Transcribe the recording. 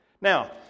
Now